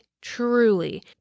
truly